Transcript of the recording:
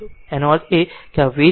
અને કહો કે આ v છે અને આ v0 છે